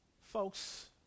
folks